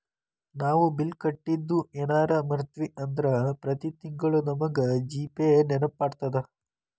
ನಾವು ಬಿಲ್ ಕಟ್ಟಿದ್ದು ಯೆನರ ಮರ್ತ್ವಿ ಅಂದ್ರ ಪ್ರತಿ ತಿಂಗ್ಳು ನಮಗ ಜಿ.ಪೇ ನೆನ್ಪ್ಮಾಡ್ತದ